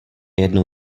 jednou